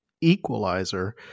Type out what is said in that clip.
equalizer